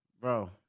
Bro